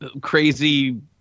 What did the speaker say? crazy